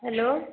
hello